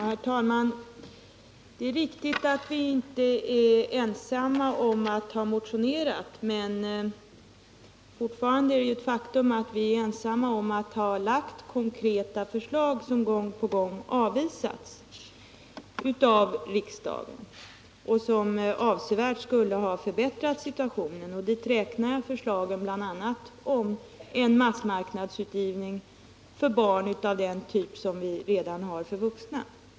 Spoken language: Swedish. Herr talman! Det är riktigt att vi inte är ensamma om att ha motionerat. Men det är fortfarande ett faktum att vi är ensamma om att ha lagt fram konkreta förslag som gång på gång har avvisats av riksdagen. Det är förslag som, om de hade antagits, avsevärt skulle ha förbättrat situationen. Till dem räknar jag bl.a. förslagen om en massmarknadsutgivning för barn av den typ som vi redan har för vuxna.